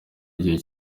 gihe